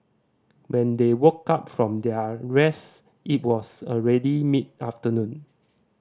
when they woke up from their rest it was already mid afternoon